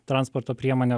transporto priemonę